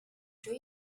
you